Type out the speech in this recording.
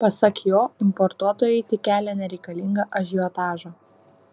pasak jo importuotojai tik kelia nereikalingą ažiotažą